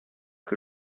que